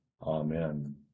amen